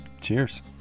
Cheers